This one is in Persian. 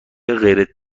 غیر